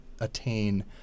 attain